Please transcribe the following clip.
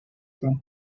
from